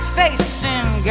facing